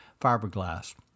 fiberglass